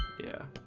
yeah,